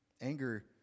Anger